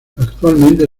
actualmente